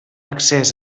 accés